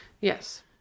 yes